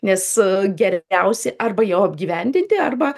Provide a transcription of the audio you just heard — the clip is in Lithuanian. nes geriausi arba jau apgyvendinti arba